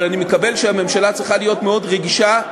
אבל אני מקבל שהממשלה צריכה להיות מאוד רגישה,